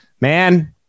man